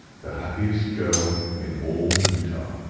the happiest girl in all utah.